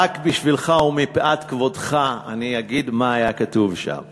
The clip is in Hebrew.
רק בשבילך ומפאת כבודך אומר מה היה כתוב שם;